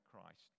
Christ